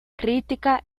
crítica